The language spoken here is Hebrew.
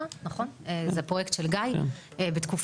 זה פרויקט של גיא בתקופתך.